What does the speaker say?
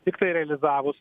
tiktai realizavus